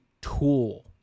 tool